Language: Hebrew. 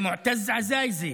למעתז עזאיזה,